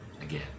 again